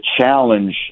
challenge